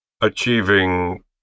achieving